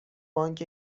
بانک